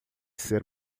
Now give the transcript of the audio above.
ser